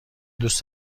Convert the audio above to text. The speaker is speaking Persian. دوست